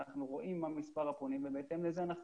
אנחנו רואים מה מספר הפונים ובהתאם לזה אנחנו